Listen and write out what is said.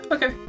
Okay